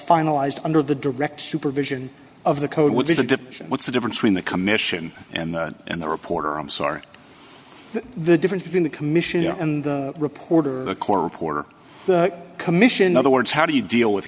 finalized under the direct supervision of the code would be the dipshit what's the difference when the commission and the and the reporter i'm sorry the difference between the commissioner and the reporter a court reporter commission other words how do you deal with